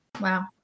wow